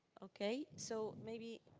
okay. so maybe.